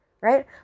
right